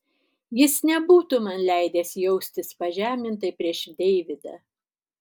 jis nebūtų man leidęs jaustis pažemintai prieš deividą